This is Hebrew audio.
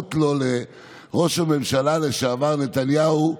להראות לו, לראש הממשלה לשעבר נתניהו: